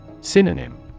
Synonym